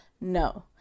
No